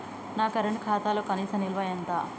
నా కరెంట్ ఖాతాలో కనీస నిల్వ ఎంత?